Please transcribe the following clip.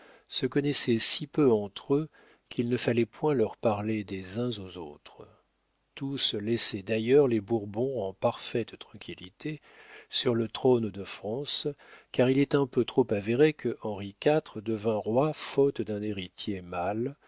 se connaissaient si peu entre eux qu'il ne fallait point leur parler des uns aux autres tous laissaient d'ailleurs les bourbons en parfaite tranquillité sur le trône de france car il est un peu trop avéré que henri iv devint roi faute d'un héritier mâle